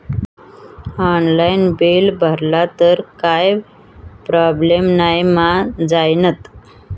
Online bill भरला तर काय प्रोब्लेम नाय मा जाईनत?